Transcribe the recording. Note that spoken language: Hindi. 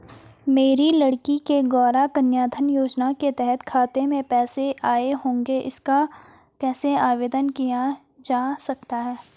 मेरी लड़की के गौंरा कन्याधन योजना के तहत खाते में पैसे आए होंगे इसका कैसे आवेदन किया जा सकता है?